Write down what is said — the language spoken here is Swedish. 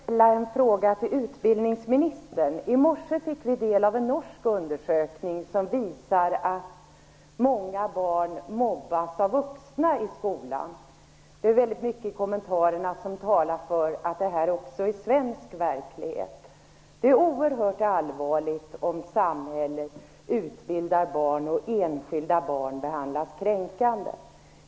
Fru talman! Jag skulle vilja ställa en fråga till utbildningsministern. I morse fick vi del av en norsk undersökning som visar att många barn mobbas av vuxna i skolan. Väldigt mycket i kommentarerna talar för att detta också är svensk verklighet. Det är oerhört allvarligt om samhället utbildar barn och enskilda barn behandlas kränkande.